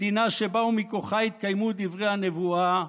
מדינה שבה ומכוחה יתקיימו דברי הנבואה: